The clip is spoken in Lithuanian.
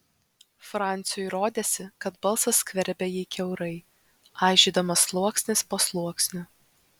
franciui rodėsi kad balsas skverbia jį kiaurai aižydamas sluoksnis po sluoksnio